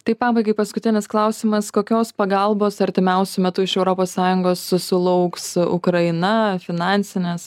tai pabaigai paskutinis klausimas kokios pagalbos artimiausiu metu iš europos sąjungos susilauks ukraina finansinės